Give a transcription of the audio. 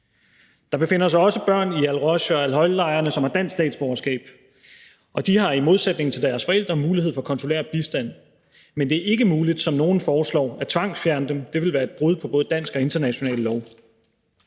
Der befinder sig også børn i al-Roj- og al-Hol-lejren, som har dansk statsborgerskab, og de har i modsætning til deres forældre mulighed for konsulær bistand, men det er ikke muligt, som nogen foreslår, at tvangsfjerne dem. Det ville være et brud på både dansk og international lov.